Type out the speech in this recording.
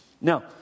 Now